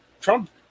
Trump